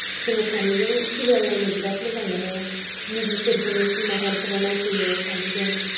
जोङो सानैजों सिरियेल नायनो बिराद मोजां मोनो मुभि फोर जोङो सिनिमा हल फोराव बिराद नायफैयो जोङो सानैजों